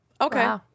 Okay